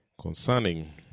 concerning